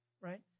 right